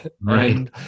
right